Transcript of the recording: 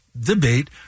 debate